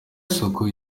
isoko